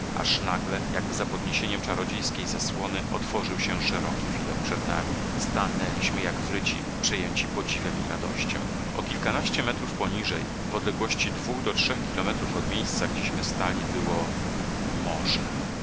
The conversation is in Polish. aż nagle jakby za podniesieniem czarodziejskiej zasłony otworzył się szeroki widok przed nami stanęliśmy jak wryci przejęci podziwem i radością o kilkanaście metrów poniżej w odległości dwóch do trzech kilometrów od miejsca gdzieśmy stali było morze